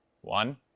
One